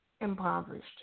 impoverished